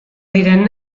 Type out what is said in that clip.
diren